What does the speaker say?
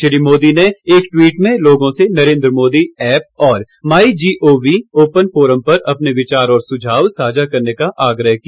श्री मोदी ने एक ट्वीट में लोगों से नरेन्द्र मोदी ऐप और my G O V open forum पर अपने विचार और सुझाव साझा करने का आग्रह किया